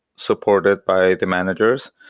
supported by the managers,